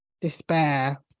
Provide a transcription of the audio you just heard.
despair